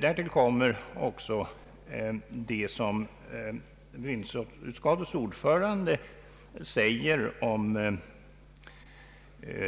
Därtill kommer vad bevillningsutskottets ordförande säger om